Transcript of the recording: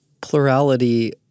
plurality